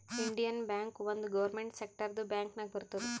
Indian bank ಒಂದ್ government ಸೆಕ್ಟರ್ದು bank ನಾಗ್ ಬರ್ತುದ್